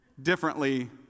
differently